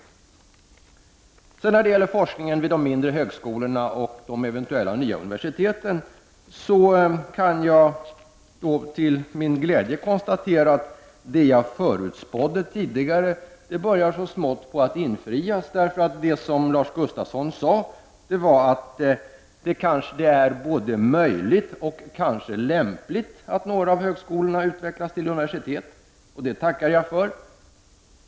När det sedan gäller forskningen vid de mindre högskolorna och de eventuella nya universiteten, kan jag till min glädje konstatera att det jag tidigare förutspådde så smått börjar infrias. Lars Gustafsson sade att det både är möjligt och kanske lämpligt att några av högskolorna utvecklas till universitet. Det tackar jag för.